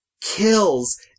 kills